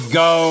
go